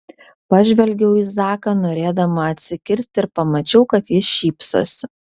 pažvelgiau į zaką norėdama atsikirsti ir pamačiau kad jis šypsosi